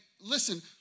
listen